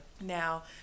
Now